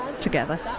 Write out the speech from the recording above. together